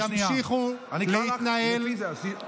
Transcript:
אתה לא יכול לקרוא לי, תחזור בך.